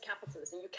capitalism